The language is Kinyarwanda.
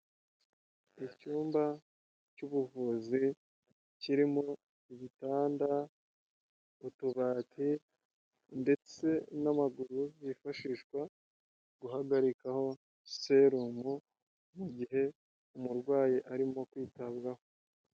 Icyumba cy'ubuvuzi kirimo ibitanda, utubati ndetse n'amaguru yifashishwa guhagarikaho serumu mu gihe umurwayi arimo kwitabwaho.